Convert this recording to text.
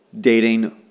dating